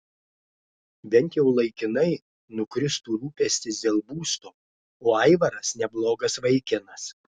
bent jau laikinai nukristų rūpestis dėl būsto o aivaras neblogas vaikinas